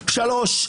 שלוש,